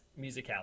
musicality